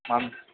হ্যাঁ